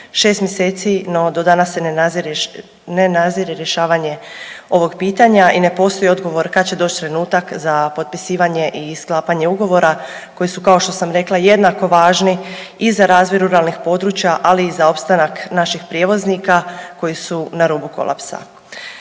šest mjeseci, no do danas se ne nadzire rješavanje ovog pitanja i ne postoji odgovor kad će doći trenutak za potpisivanje i sklapanje ugovora koji su kao što sam rekla jednako važni i za razvoj ruralnih područja, ali i za opstanak naših prijevoznika koji su na rubu kolapsa.